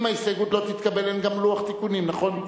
אם ההסתייגות לא תתקבל אין גם לוח תיקונים, נכון?